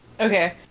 okay